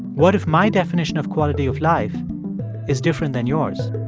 what if my definition of quality of life is different than yours?